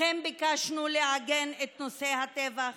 לכן ביקשנו לעגן את נושא הטבח